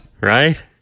right